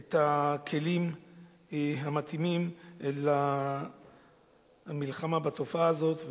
את הכלים המתאימים למלחמה בתופעה הזאת.